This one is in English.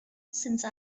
since